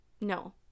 no